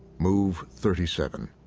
move thirty seven.